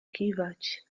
kiwać